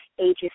ages